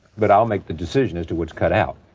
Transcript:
but i'll make the decision as to what's cut out.